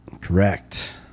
Correct